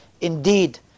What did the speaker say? indeed